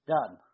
done